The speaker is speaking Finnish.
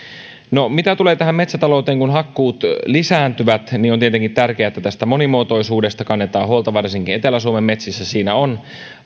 mitä tulee metsätalouteen kun hakkuut lisääntyvät niin on tietenkin tärkeää että monimuotoisuudesta kannetaan huolta varsinkin etelä suomen metsissä siinä on